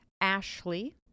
Ashley